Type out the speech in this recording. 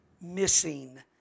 missing